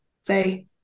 say